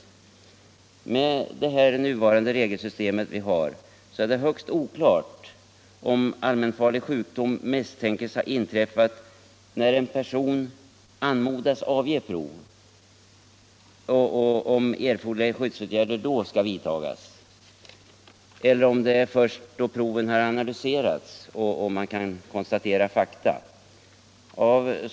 Med det nuvarande regelsystemet är det högst oklart om allmänfarlig sjukdom misstänkes ha inträffat när en person anmodas avge provet och om erforderliga skyddsåtgärder då skall vidtagas, eller om det är först då proven har analyserats och man kan konstatera fakta som sjukdomen skall anses ha inträffat.